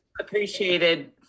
Appreciated